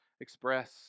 Express